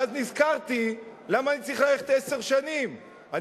ואז נזכרתי: למה אני צריך ללכת עשר שנים לאחור?